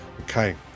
Okay